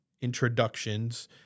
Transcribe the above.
introductions